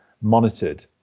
monitored